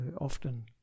often